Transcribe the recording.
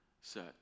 set